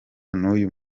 n’uyu